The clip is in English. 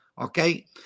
Okay